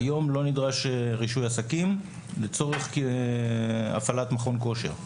כיום לא נדרש רישוי עסקים לצורך הפעלת מכון כושר.